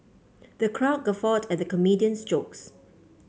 the crowd guffawed at the comedian's jokes